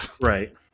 Right